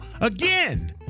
again